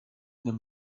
nimmt